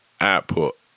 output